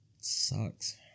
Sucks